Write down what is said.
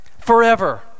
Forever